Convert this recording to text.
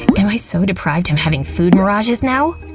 am i so deprived i'm having food mirages now?